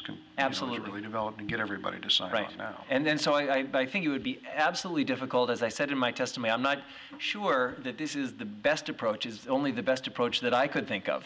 can absolutely develop and get everybody to sign right now and then so i think it would be absolutely difficult as i said in my testimony i'm not sure that this is the best approach is only the best approach that i could think of